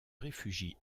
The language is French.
réfugie